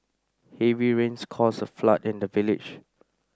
heavy rains caused a flood in the village